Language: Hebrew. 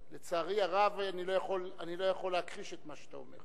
לצערי הרב אני לא יכול להכחיש את מה שאתה אומר.